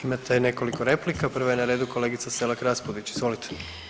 Imate nekoliko replika, prva je na redu kolegica Selak Raspudić, izvolite.